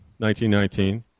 1919